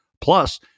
plus